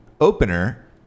opener